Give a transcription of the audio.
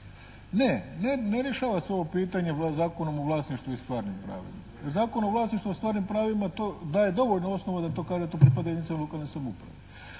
Ne, ne rješava se ovo pitanje Zakonom o vlasništvu i stvarnim pravima. Jer Zakon o vlasništvu i stvarnim pravima to daje dovoljno osnova da to kaže to pripada jedinicama lokalne samouprave.